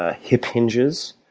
ah hip hinges,